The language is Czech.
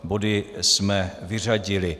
Body jsme vyřadili.